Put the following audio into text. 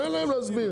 תן להם להסביר.